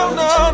no